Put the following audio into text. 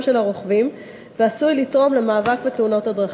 של הרוכבים ועשוי לתרום למאבק בתאונות הדרכים.